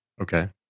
Okay